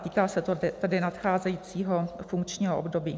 Týká se to tedy nadcházejícího funkčního období.